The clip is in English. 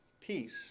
peace